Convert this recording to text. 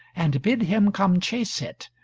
and bid him come chase it,